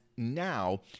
now